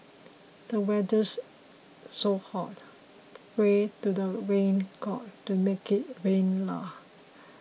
the weather's so hot pray to the rain god to make it rain leh